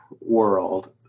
world